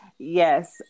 Yes